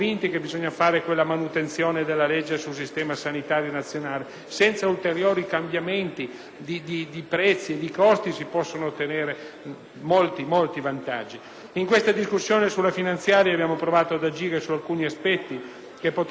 In questa discussione sulla finanziaria abbiamo provato ad agire su alcuni aspetti che potrebbero avere un positivo impatto sui cittadini. Abbiamo presentato emendamenti contenenti misure relative alla